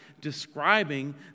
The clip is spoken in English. describing